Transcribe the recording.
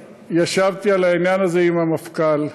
ישבתי על העניין הזה עם המפכ"ל.